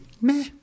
meh